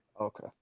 Okay